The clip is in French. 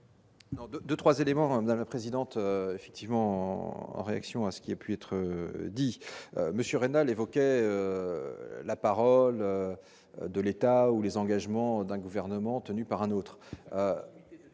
De 3 éléments rendent la présidente effectivement en réaction à ce qui et puis être dit monsieur Reina évoquait la parole de l'État ou les engagements d'un gouvernement tenu par un autre,